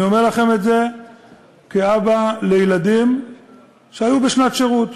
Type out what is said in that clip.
אני אומר לכם את זה כאבא לילדים שהיו בשנת שירות.